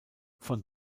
von